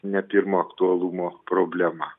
ne pirmo aktualumo problema